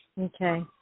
okay